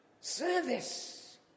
service